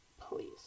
Please